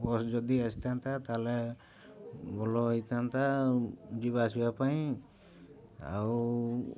bus ଯଦି ଆସିଥାନ୍ତା ତା'ହେଲେ ଭଲ ହେଇଥାନ୍ତା ଯିବା ଆସିବା ପାଇଁ ଆଉ